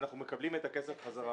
אנחנו מקבלים את הכסף חזרה.